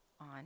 on